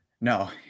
No